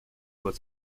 was